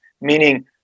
meaning